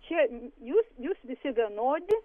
čia jūs jūs visi vienodi